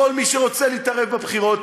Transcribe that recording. כל מי שרוצה להתערב בבחירות,